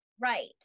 Right